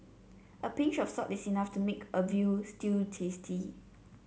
a pinch of salt is enough to make a veal stew tasty